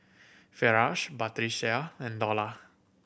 Firash Batrisya and Dollah